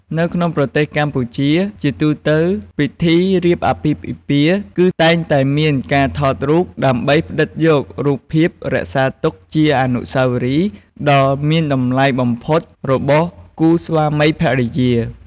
នៅក្នុងប្រទេសកម្ពុជា ជាទូទៅពិធីរៀបអាពាហ៍ពិពាហ៍ គឺតែងតែមានការថតរូបដើម្បីផ្តិតយករូបភាពរក្សាទុកជាអនុស្សាវរីយ៍ដ៏មានតម្លៃបំផុតរបស់គូស្វាមីភរិយា។